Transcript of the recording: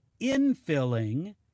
infilling